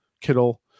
Kittle